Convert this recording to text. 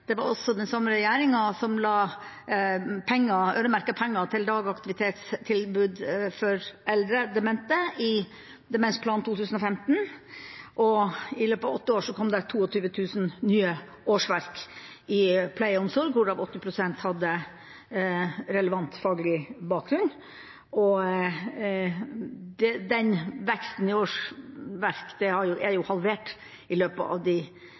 Det var den samme regjeringen som øremerket penger til dagaktivitetstilbud for eldre demente, i Demensplan 2015. I løpet av åtte år kom det 22 000 nye årsverk i pleie og omsorg, av disse hadde 80 pst. relevant faglig bakgrunn. Veksten i årsverk er halvert i løpet av de fire siste år hvis vi regner i